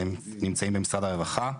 הם נמצאים במשרד הרווחה.